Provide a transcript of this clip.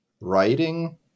Writing